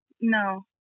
No